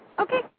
Okay